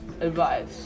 advice